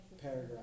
paragraph